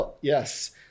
yes